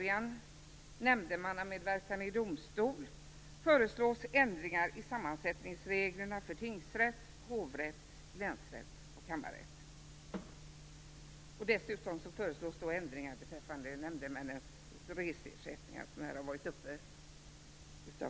I den andra promemorian, en fråga som flera av tidigare talare tagit upp.